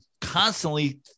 constantly